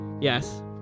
Yes